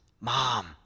Mom